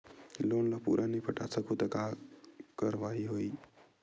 Loan ला पूरा नई पटा सकहुं का कारवाही होही?